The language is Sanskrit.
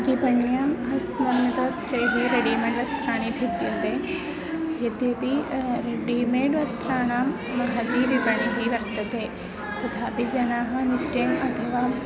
विपण्यां हस्तान्वितवस्त्रैः रेडिमेड् वस्त्राणि भिद्यन्ते यद्यपि रेडिमेड् वस्त्राणां महती विपणिः वर्तते तथापि जनाः निट्टेड् अथवा